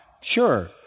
Sure